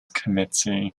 committee